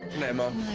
night, mom.